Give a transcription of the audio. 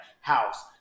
house